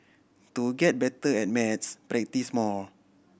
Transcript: to get better at maths practise more